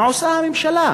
מה עושה הממשלה?